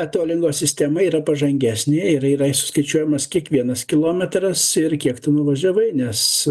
etolingo sistema yra pažangesnė ir yra suskaičiuojamas kiekvienas kilometras ir kiek tu nuvažiavai nes